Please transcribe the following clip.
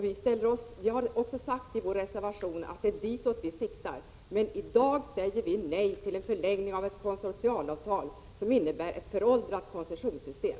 Vi har också sagt i vår reservation att det är ditåt vi siktar. I dag säger vi nej till en förlängning av ett konsortialavtal som innebär ett föråldrat koncessionssystem.